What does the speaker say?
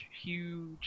huge